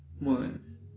wounds